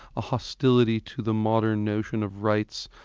a hostility to the modern notion of rights,